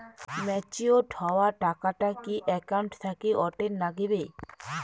Matured হওয়া টাকাটা কি একাউন্ট থাকি অটের নাগিবে?